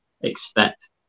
expect